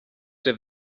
der